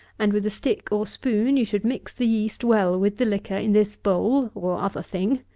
and with a stick or spoon you should mix the yeast well with the liquor in this bowl, or other thing,